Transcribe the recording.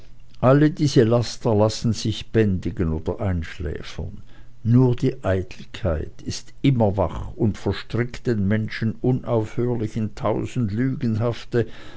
alle diese laster lassen sich bändigen oder einschläfern nur die eitelkeit ist immer wach und verstrickt den menschen unaufhörlich in tausend